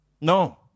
No